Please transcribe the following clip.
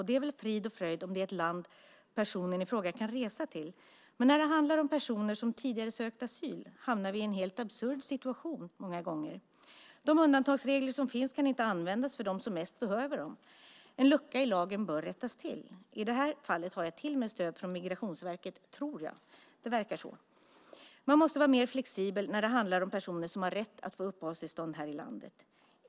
Det är väl frid och fröjd om det är ett land personen i fråga kan resa till, men när det handlar om personer som tidigare sökt asyl hamnar vi många gånger i en helt absurd situation. De undantagsregler som finns kan inte användas för dem som mest behöver dem. Det är en lucka i lagen som bör rättas till, i det här fallet har jag till och med stöd från Migrationsverket, tror jag. Man måste vara mer flexibel när det handlar om personer som har rätt att få uppehållstillstånd här i landet.